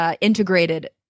Integrated